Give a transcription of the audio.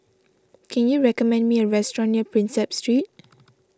can you recommend me a restaurant near Prinsep Street